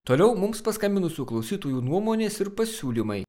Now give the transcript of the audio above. toliau mums paskambinusių klausytojų nuomonės ir pasiūlymai